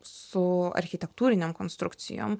su architektūrinėm konstrukcijom